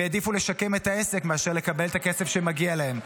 הם העדיפו לשקם את העסק מאשר לקבל את הכסף שמגיע להם.